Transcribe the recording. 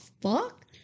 fuck